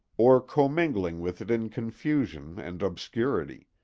or commingling with it in confusion and obscurity,